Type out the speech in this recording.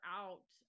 out